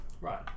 Right